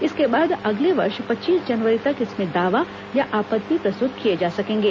इसके बाद अगले वर्ष पच्चीस जनवरी तक इसमें दावा या आपत्ति प्रस्तुत किए जा सकेंगे